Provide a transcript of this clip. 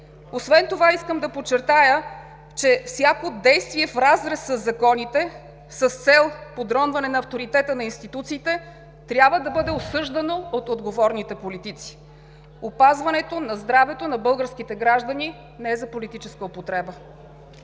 Освен това искам да подчертая, че всяко действие в разрез със законите с цел подронване авторитета на институциите трябва да бъде осъждано от отговорните политици. Опазването на здравето на българските граждани не е за политическа употреба!